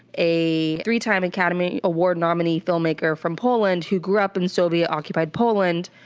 a three time academy award nominee filmmaker from poland who grew up in soviet occupied poland.